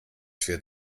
fährt